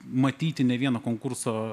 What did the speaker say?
matyti ne vieno konkurso